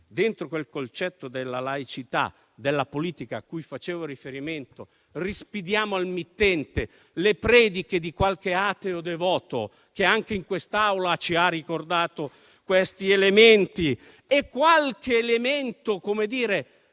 invece, al concetto della laicità della politica a cui facevo riferimento. Rispediamo, dunque, al mittente le prediche di qualche ateo devoto, che, anche in quest'Aula, ci ha ricordato questi elementi e qualche elemento di